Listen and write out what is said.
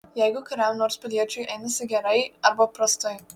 jeigu kuriam nors piliečiui einasi gerai arba prastai